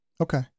Okay